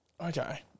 Okay